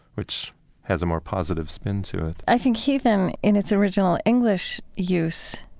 which has a more positive spin to it i think heathen, in its original english use,